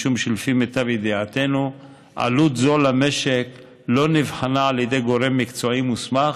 משום שלפי מיטב ידיעתנו עלות זו למשק לא נבחנה על ידי גורם מקצועי מוסמך